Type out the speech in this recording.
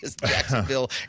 Jacksonville